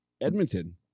Edmonton